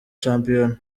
shampiyona